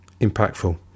impactful